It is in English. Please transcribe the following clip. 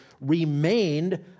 remained